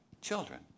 Children